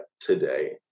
today